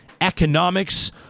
economics